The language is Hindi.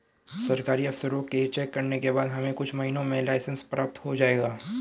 सरकारी अफसरों के चेक करने के बाद हमें कुछ महीनों में लाइसेंस प्राप्त हो जाएगा